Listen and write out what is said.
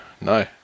no